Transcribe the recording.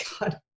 God